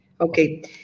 Okay